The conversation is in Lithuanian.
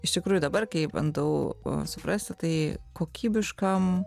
iš tikrųjų dabar kai bandau suprasti tai kokybiškam